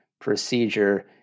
procedure